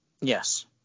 Yes